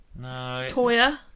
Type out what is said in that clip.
Toya